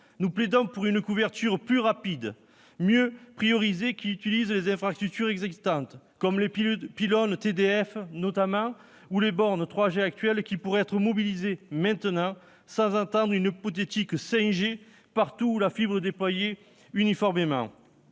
Nous plaidons pour une couverture plus rapide, mieux priorisée, qui utilise les infrastructures existantes, comme les pylônes TDF, notamment, ainsi que les bornes 3G actuelles, qui pourraient être mobilisés maintenant, sans attendre une hypothétique 5G, partout où la fibre est déployée uniformément.